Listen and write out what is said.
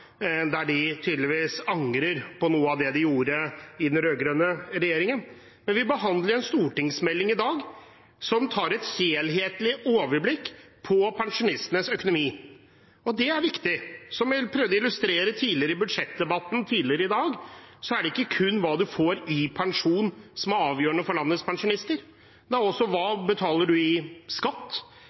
der de tydeligvis angrer på noe av det de gjorde i den rød-grønne regjeringen, men vi behandler en stortingsmelding i dag som tar et helhetlig overblikk på pensjonistenes økonomi, og det er viktig. Som jeg prøvde å illustrere i budsjettdebatten tidligere i dag, er det ikke kun hva man får i pensjon som er avgjørende for landets pensjonister; det er også hva man betaler i skatt,